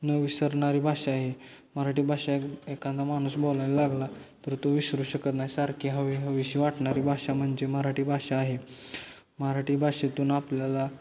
न विसरणारी भाषा आहे मराठी भाषा एखादा माणूस बोलायला लागला तर तो विसरू शकत नाही सारखी हवीहवीशी वाटणारी भाषा म्हणजे मराठी भाषा आहे मराठी भाषेतून आपल्याला